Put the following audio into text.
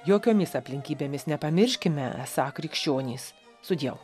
jokiomis aplinkybėmis nepamirškime esą krikščionys su dievu